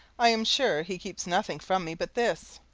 i am sure he keeps nothing from me but this.